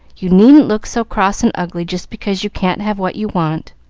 you needn't look so cross and ugly just because you can't have what you want.